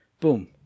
boom